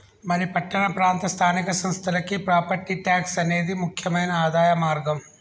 మరి పట్టణ ప్రాంత స్థానిక సంస్థలకి ప్రాపట్టి ట్యాక్స్ అనేది ముక్యమైన ఆదాయ మార్గం